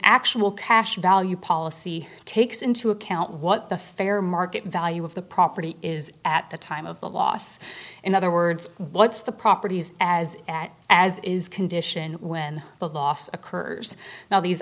actual cash value policy takes into account what the fair market value of the property is at the time of the loss in other words what's the properties as as is condition when the loss occurs now these